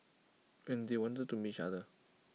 and they wanted to meet each other